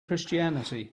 christianity